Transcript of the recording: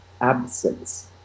absence